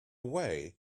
way